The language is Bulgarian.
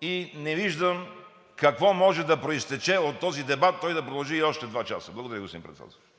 и не виждам какво може да произтече от този дебат, той да продължи и още два часа. Благодаря Ви, господин Председателстващ.